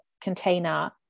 container